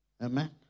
Amen